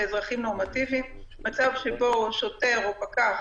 באזרחים נורמטיביים שוטר או פקח,